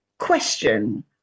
question